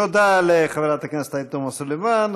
תודה לחברת הכנסת עאידה תומא סלימאן.